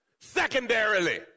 Secondarily